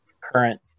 current